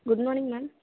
good morning ma'am